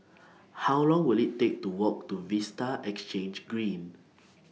How Long Will IT Take to Walk to Vista Exhange Green